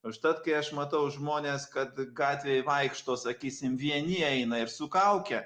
užtat kai aš matau žmones kad gatvėj vaikšto sakysim vieni eina ir su kauke